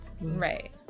right